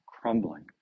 crumbling